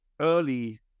early